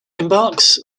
embarks